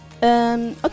Okay